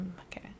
okay